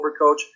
overcoach